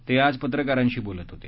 ते आज पत्रकारांशी बोलत होते